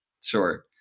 Sure